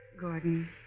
Gordon